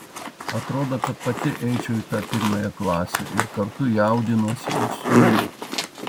atrodo kad pati eičiau į tą pirmąją klasę ir kartu jaudinuosi už sūnų